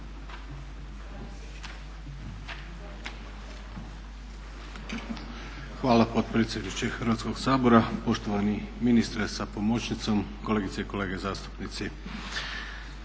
Hvala potpredsjedniče Hrvatskog sabora. Poštovani ministre sa pomoćnicom, kolegice i kolege zastupnici.